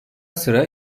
sıra